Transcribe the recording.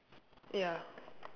ya